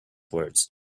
words